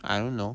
I don't know